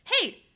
hey